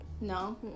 No